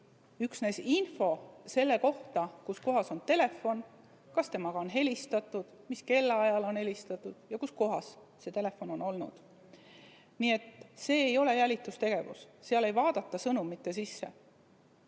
üksnes info selle kohta, kus kohas on telefon, kas temaga on helistatud, mis kellaajal on helistatud ja kuskohas see telefon on olnud. See ei ole jälitustegevus, sellisel juhul ei vaadata sõnumite sisse.